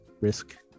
Risk